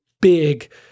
big